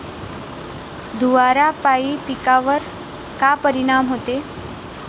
धुवारापाई पिकावर का परीनाम होते?